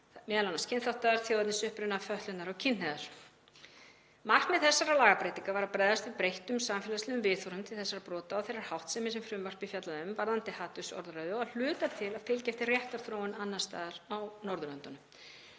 m.a. kynþáttar, þjóðernisuppruna, fötlunar og kynhneigðar. Markmið þessara lagabreytinga var að bregðast við breyttum samfélagslegum viðhorfum til þessara brota og þeirrar háttsemi sem frumvarpið fjallaði um varðandi hatursorðræðu og að hluta til að fylgja eftir réttarþróun annars staðar á Norðurlöndunum.